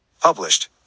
Published